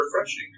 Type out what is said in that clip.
refreshing